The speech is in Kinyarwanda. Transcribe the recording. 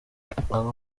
aba